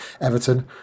Everton